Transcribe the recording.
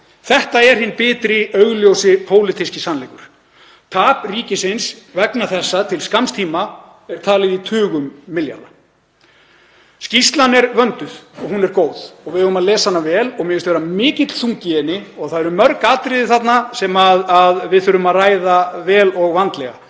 Þetta er hinn bitri augljósi pólitíski sannleikur. Tap ríkisins vegna þessa til skamms tíma er talið í tugum milljarða. Skýrslan er vönduð og hún er góð og við eigum að lesa hana vel og mér finnst vera mikill þungi í henni. Það eru mörg atriði þarna sem við þurfum að ræða vel og vandlega.